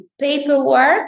paperwork